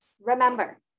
remember